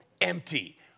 Empty